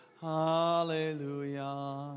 hallelujah